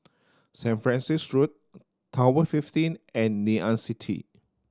Saint Francis Road Tower Fifteen and Ngee Ann City